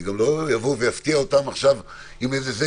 אני גם לא אפתיע אותם עכשיו עם איזה נוסח,